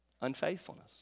unfaithfulness